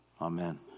Amen